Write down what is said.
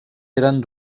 eren